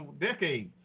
decades